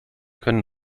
können